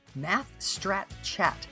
MathstratChat